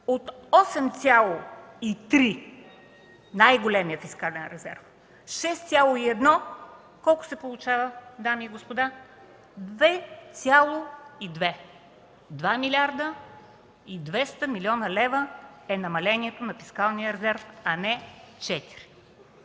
от 8,3, най-големият фискален резерв, 6,1 – колко се получава, дами и господа? – 2,2. Два милиарда и 200 млн. лв. е намалението на фискалния резерв, а не 4.